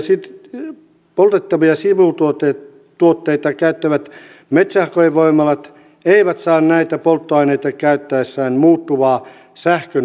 sahojen poltettavia sivutuotteita käyttävät metsähakevoimalat eivät saa näitä polttoaineita käyttäessään muuttuvaa sähköntuotantotukea